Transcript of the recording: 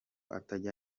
atajya